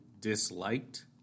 disliked